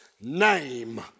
name